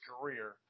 career